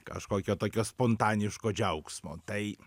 kažkokio tokio spontaniško džiaugsmo tai